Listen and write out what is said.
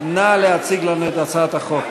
נא להציג לנו את הצעת החוק.